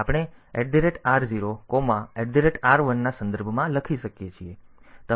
તેથી આપણે R0 R1ના સંદર્ભમાં લખી શકીએ છીએ